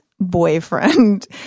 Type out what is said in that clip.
boyfriend